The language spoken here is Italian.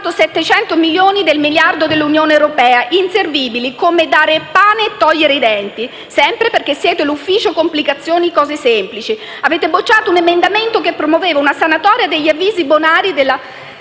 anticipato 700 milioni del miliardo di euro dell'Unione europea: inservibili, come dare il pane e togliere i denti. Sempre perché siete l'ufficio complicazione cose semplici, avete bocciato un emendamento che proponeva una sanatoria degli avvisi bonari